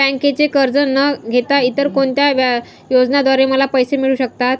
बँकेचे कर्ज न घेता इतर कोणत्या योजनांद्वारे मला पैसे मिळू शकतात?